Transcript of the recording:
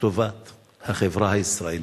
לטובת החברה הישראלית.